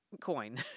coin